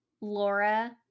Laura